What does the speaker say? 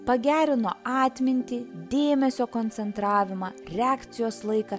pagerino atmintį dėmesio koncentravimą reakcijos laiką